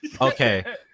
Okay